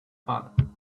father